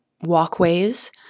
walkways